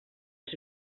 als